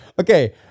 Okay